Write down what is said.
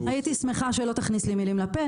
הייתי שמחה שלא תכניס לי מילים לפה.